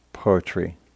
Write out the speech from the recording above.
Poetry